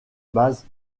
base